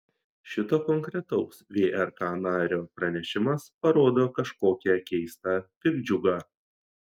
šito konkretaus vrk nario pranešimas parodo kažkokią keistą piktdžiugą